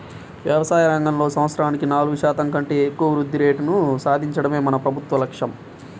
వ్యవసాయ రంగంలో సంవత్సరానికి నాలుగు శాతం కంటే ఎక్కువ వృద్ధి రేటును సాధించడమే మన ప్రభుత్వ లక్ష్యం